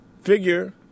figure